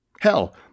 Hell